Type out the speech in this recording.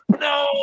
No